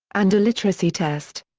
and a literacy test.